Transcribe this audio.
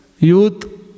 Youth